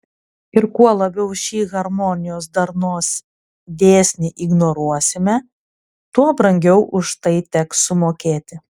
ir kuo labiau šį harmonijos darnos dėsnį ignoruosime tuo brangiau už tai teks sumokėti